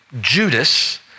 Judas